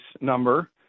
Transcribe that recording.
number